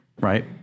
Right